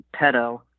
pedo